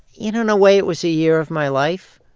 you know and a way, it was a year of my life.